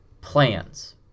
Plans